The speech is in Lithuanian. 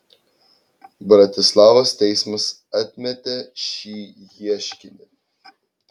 bratislavos teismas atmetė šį ieškinį